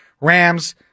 Rams